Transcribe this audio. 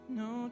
no